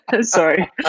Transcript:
Sorry